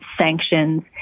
sanctions